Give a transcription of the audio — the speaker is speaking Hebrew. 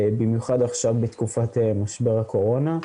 במיוחד עכשיו בתקופת משבר הקורונה.